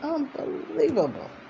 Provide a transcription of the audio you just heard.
Unbelievable